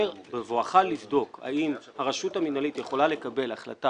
שבבואך לבדוק האם הרשות המינהלית יכולה לקבל החלטה